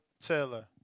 Taylor